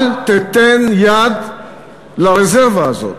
אל תיתן יד לרזרבה הזאת.